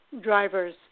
drivers